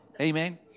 Amen